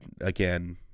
again